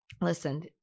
Listen